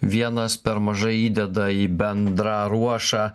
vienas per mažai įdeda į bendrą ruošą